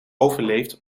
overleefd